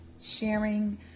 sharing